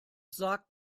sagt